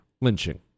Lynching